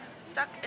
stuck